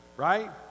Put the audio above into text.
Right